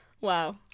Wow